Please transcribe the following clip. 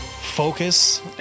focus